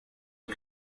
uko